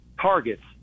targets